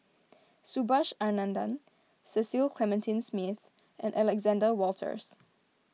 Subhas Anandan Cecil Clementi Smith and Alexander Wolters